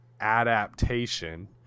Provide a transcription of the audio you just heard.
adaptation